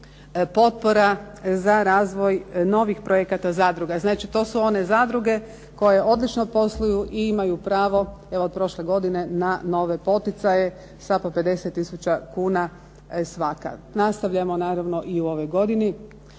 potpora za razvoj novih projekata zadruga. Znači, to su one zadruge koje odlično posluju i imaju pravo evo od prošle godine na nove poticaje sa po 50000 kuna svaka. Nastavljamo naravno i u ovoj godini.